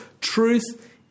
Truth